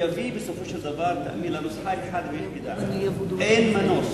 יביא בסופו של דבר לנוסחה אחת ויחידה: אין מנוס